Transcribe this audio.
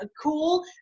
cool